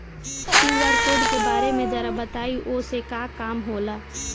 QR code के बारे में जरा बताई वो से का काम होला?